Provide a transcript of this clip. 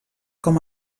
com